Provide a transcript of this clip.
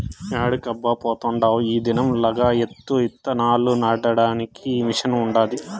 యాడికబ్బా పోతాండావ్ ఈ దినం లగాయత్తు ఇత్తనాలు నాటడానికి మిషన్ ఉండాది